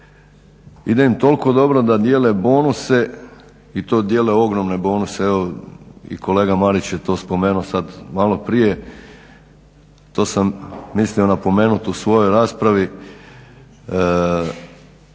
i da im je toliko dobro da dijele bonuse i to dijele ogromne bonuse. Evo i kolega Marić je to spomenuo sad malo prije. To sam mislio napomenuti u svojoj raspravi.